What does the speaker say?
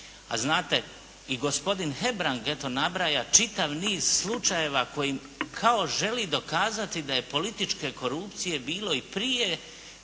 a znate i gospodin Hebrang eto nabraja čitav niz slučajeva kojim kao želi dokazati da je političke korupcije bilo i prije